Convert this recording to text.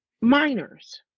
minors